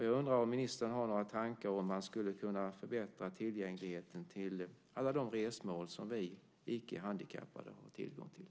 Jag undrar om ministern har några tankar om hur man skulle kunna förbättra tillgängligheten till alla de resmål som vi icke-handikappade har tillgång till.